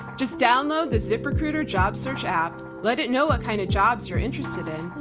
just download the ziprecuiter job search app, let it know what kind of jobs you're interested in,